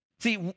See